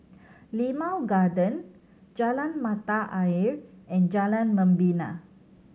Limau Garden Jalan Mata Ayer and Jalan Membina